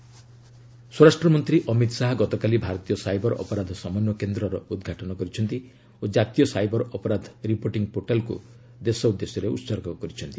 Amit Shah cyber ସ୍ୱରାଷ୍ଟ୍ର ମନ୍ତ୍ରୀ ଅମିତ୍ ଶାହା ଗତକାଲି ଭାରତୀୟ ସାଇବର୍ ଅପରାଧ ସମନ୍ୱୟ କେନ୍ଦ୍ରର ଉଦ୍ଘାଟନ କରିଛନ୍ତି ଓ ଜାତୀୟ ସାଇବର ଅପରାଧ ରିପୋର୍ଟିଂ ପୋର୍ଟାଲ୍କୁ ଦେଶ ଉଦ୍ଦେଶ୍ୟରେ ଉହର୍ଗ କରିଛନ୍ତି